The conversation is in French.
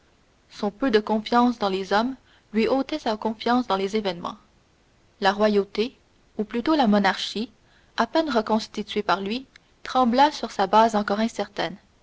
son peu de confiance dans les hommes lui ôtait sa confiance dans les événements la royauté ou plutôt la monarchie à peine reconstituée par lui trembla sur sa base encore incertaine